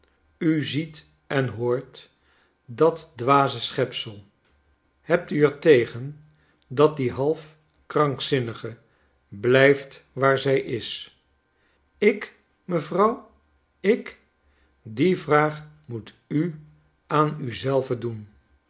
u ziet en hoort dat dwaze schepsel hebt u er tegen dat die half krankzinnige blijf t waar zij is ik mevrouw ik die vraag meet u aan u zelve doen